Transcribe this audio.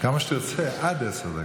כמה שתרצה עד עשר דקות.